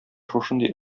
шушындый